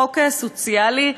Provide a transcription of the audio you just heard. חוק סוציאלי,